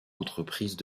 entreprises